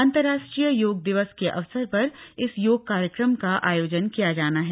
अंतर्राष्ट्रीय योग दिवस के अवसर पर इस योग कार्यक्रम का आयोजन किया जाना है